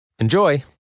Enjoy